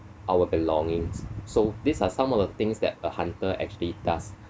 our belongings so these are some of the things that a hunter actually does